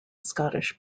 scottish